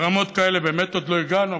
לרמות כאלה באמת עוד לא הגענו,